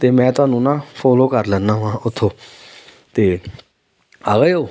ਅਤੇ ਮੈਂ ਤੁਹਾਨੂੰ ਨਾ ਫੋਲੋ ਕਰ ਲੈਂਦਾ ਹਾਂ ਉੱਥੋਂ ਅਤੇ ਆ ਗਏ ਹੋ